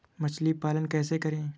मछली पालन कैसे करें?